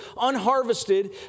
unharvested